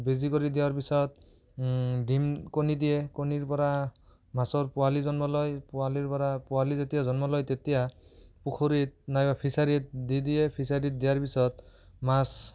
বেজী কৰি দিয়াৰ পিছত ডিম কণী দিয়ে কণীৰ পৰা মাছৰ পোৱালি জন্ম লয় পোৱালিৰ পৰা পোৱালি যেতিয়া জন্ম লয় তেতিয়া পুখুৰীত নাইবা ফিছাৰীত দি দিয়ে ফিছাৰীত দিয়াৰ পিছত মাছ